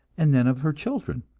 and then of her children.